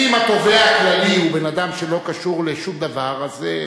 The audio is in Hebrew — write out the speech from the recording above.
אם התובע הכללי הוא בן-אדם שלא קשור לשום דבר אז,